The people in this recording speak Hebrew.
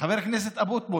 חבר הכנסת אבוטבול.